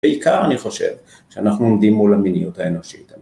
בעיקר אני חושב שאנחנו עומדים מול המיניות האנושית.